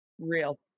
real